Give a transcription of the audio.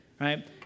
right